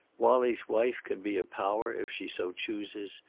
wallie's wife can be a power, if she so chooses.